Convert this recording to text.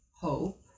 hope